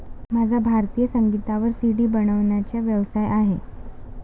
माझा भारतीय संगीतावर सी.डी बनवण्याचा व्यवसाय आहे